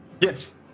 Yes